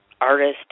artist